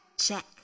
check